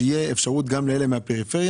כדי שתהיה אפשרות גם לאלה מהפריפריה,